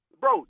Bro